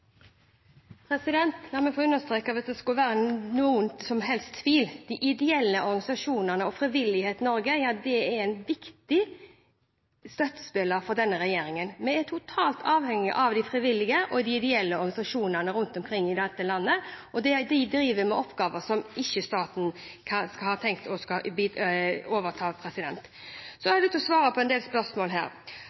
La meg få understreke hvis det skulle være noen som helst tvil: De ideelle organisasjonene og Frivillighet Norge er viktige støttespillere for denne regjeringen. Vi er totalt avhengig av de frivillige og de ideelle organisasjonene rundt omkring i landet, og de driver med oppgaver som ikke staten har tenkt å overta. Så har jeg lyst til å svare på en del spørsmål.